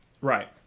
Right